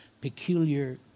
peculiar